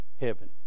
heaven